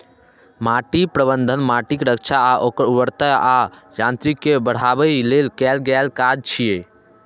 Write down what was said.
माटि प्रबंधन माटिक रक्षा आ ओकर उर्वरता आ यांत्रिकी कें बढ़ाबै लेल कैल गेल काज छियै